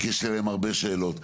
כי יש עליהן הרבה שאלות.